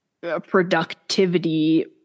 productivity